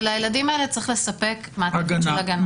ולילדים האלה צריך לספק מעטפת של הגנה.